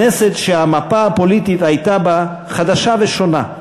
כנסת שהמפה הפוליטית הייתה בה חדשה ושונה,